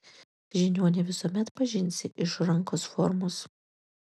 žiniuonį visuomet pažinsi iš rankos formos